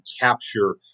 capture